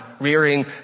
rearing